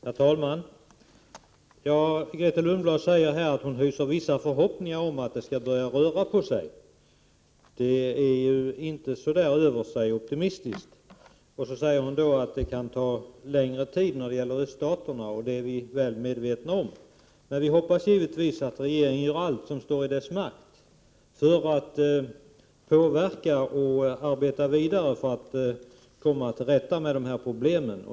Herr talman! Grethe Lundblad säger att hon hyser vissa förhoppningar om att det skall börja röra på sig i detta sammanhang. Men det låter inte särskilt optimistiskt. Vidare säger hon att det kan ta längre tid när det gäller öststaterna. Ja, det är vi väl medvetna om. Men givetvis hoppas vi ändå att regeringen gör allt som står i dess makt för att påverka och för att göra det lättare att komma till rätta med dessa problem.